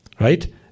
Right